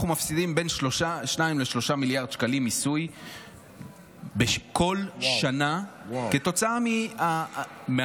אנחנו מפסידים בין 2 ל-3 מיליארד שקלים מיסוי כל שנה כתוצאה מהמדיניות